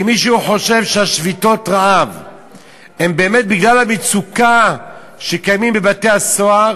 אם מישהו חושב ששביתות הרעב הן באמת בגלל המצוקה שקיימת בבתי-הסוהר,